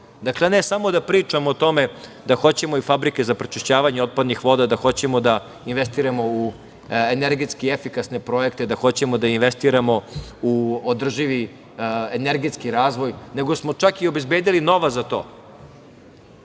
Dakle, ne samo da pričamo o tome da hoćemo i fabrike za pročišćavanje otpadnih voda, da hoćemo da investiramo u energetski efikasne projekte, da hoćemo da investiramo u održivi energetski razvoj, nego samo čak i obezbedili novac za to.